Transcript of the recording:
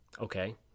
Okay